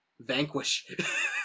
Vanquish